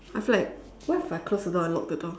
I feel like what if I close the door and lock the door